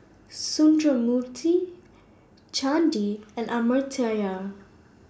Sundramoorthy Chandi and Amartya